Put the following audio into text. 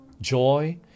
joy